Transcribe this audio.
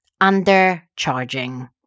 undercharging